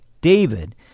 David